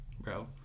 bro